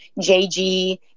JG